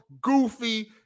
goofy